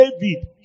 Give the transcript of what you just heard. David